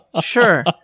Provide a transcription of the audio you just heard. Sure